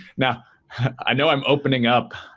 now i know i'm opening up.